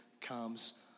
comes